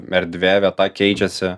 erdvė vieta keičiasi